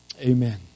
Amen